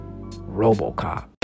Robocop